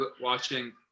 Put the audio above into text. watching